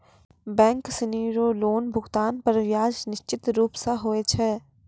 bank सिनी रो loan भुगतान पर ब्याज निश्चित रूप स होय छै